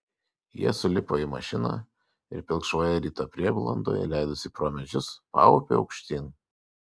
jie sulipo į mašiną ir pilkšvoje ryto prieblandoje leidosi pro medžius paupiu aukštyn